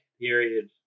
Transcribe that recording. period